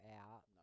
out